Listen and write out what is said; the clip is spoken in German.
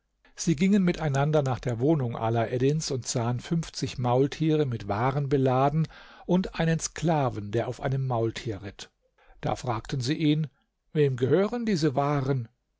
sie gingen miteinander nach der wohnung ala eddins und sahen fünfzig maultiere mit waren beladen und einen sklaven der auf einem maultier ritt da fragten sie ihn wem gehören diese waren